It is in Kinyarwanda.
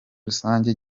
rusange